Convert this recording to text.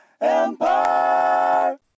EMPIRE